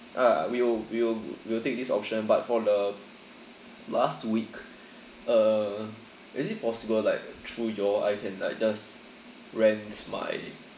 ah we'll we'll we'll take this option but for the last week uh is it possible like through you all I can like just rent my